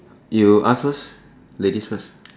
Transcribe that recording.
you ask first ladies first